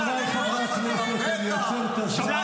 זה הפטנט מול יחיא סנוואר.